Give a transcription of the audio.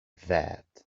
that